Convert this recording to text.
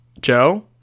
joe